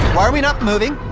are we not moving?